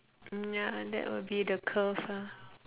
mm ya that would be the curve ah